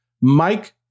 Mike